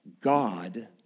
God